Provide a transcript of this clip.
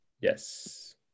Yes